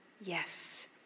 yes